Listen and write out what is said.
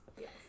Yes